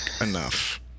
enough